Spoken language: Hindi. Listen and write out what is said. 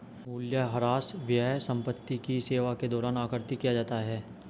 मूल्यह्रास व्यय संपत्ति की सेवा के दौरान आकृति किया जाता है